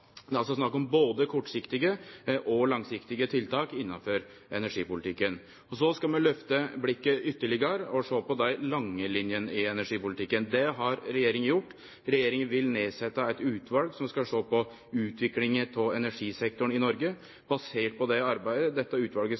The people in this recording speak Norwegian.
Det er altså snakk om både kortsiktige og langsiktige tiltak innanfor energipolitikken. Så skal vi lyfte blikket ytterlegare og sjå på dei lange linene i energipolitikken. Det har regjeringa gjort. Regjeringa vil setje ned eit utval som skal sjå på utviklinga av energisektoren i Noreg. Basert på det arbeidet dette utvalet